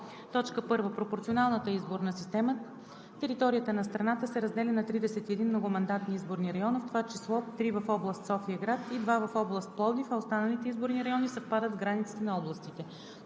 по: 1. пропорционалната изборна система територията на страната се разделя на 31 многомандатни изборни района, в това число три в област София-град и два в област Пловдив, а останалите изборни райони съвпадат с границите на областите;